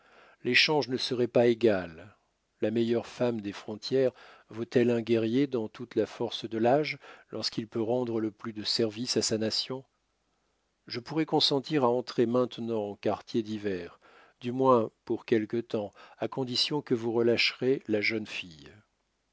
l'échange ne serait pas égal la meilleure femme des frontières vaut-elle un guerrier dans toute la force de l'âge lorsqu'il peut rendre le plus de services à sa nation je pourrais consentir à entrer maintenant en quartier d'hiver du moins pour quelque temps à condition que vous relâcherez la jeune fille